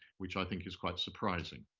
which i think is quite surprising.